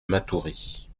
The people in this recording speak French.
matoury